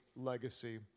legacy